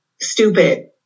stupid